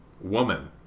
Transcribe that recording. Woman